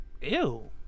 Ew